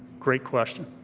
great question.